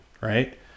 right